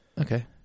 Okay